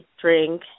drink